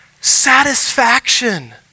satisfaction